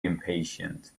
impatient